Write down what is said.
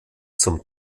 zum